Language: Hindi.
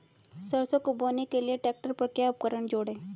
सरसों को बोने के लिये ट्रैक्टर पर क्या उपकरण जोड़ें?